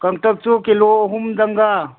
ꯀꯥꯡꯇꯛꯇꯨ kilo ꯑꯍꯨꯝꯗꯪꯒ